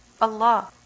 Allah